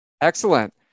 Excellent